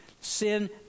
Sin